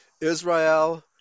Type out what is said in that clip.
Israel